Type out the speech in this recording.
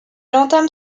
entame